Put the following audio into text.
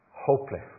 hopeless